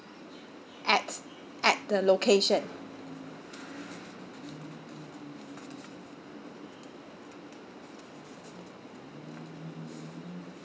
at at the location